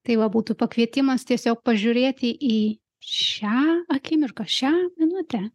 tai va būtų pakvietimas tiesiog pažiūrėti į šią akimirką šią minutę